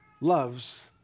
loves